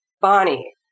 Bonnie